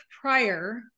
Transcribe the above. prior